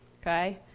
okay